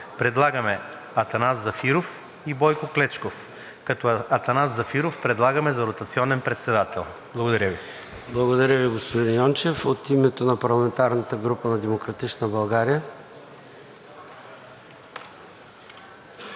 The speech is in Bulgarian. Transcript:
предлагаме Атанас Зафиров и Бойко Клечков, като Атанас Зафиров предлагаме за ротационен председател. Благодаря Ви. ПРЕДСЕДАТЕЛ ЙОРДАН ЦОНЕВ: Благодаря Ви, господин Йончев. От името на парламентарната група на „Демократична България“.